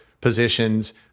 positions